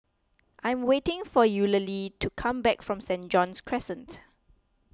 I am waiting for Eulalie to come back from Stain John's Crescent